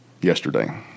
yesterday